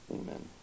Amen